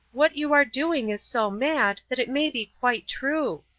what you are doing is so mad that it may be quite true.